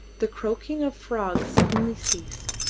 the croaking of frogs suddenly ceased.